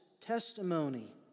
testimony